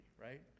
right